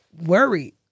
worried